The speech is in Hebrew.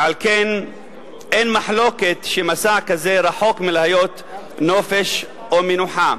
ועל כן אין מחלוקת שמסע כזה רחוק מלהיות נופש או מנוחה.